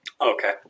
Okay